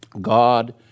God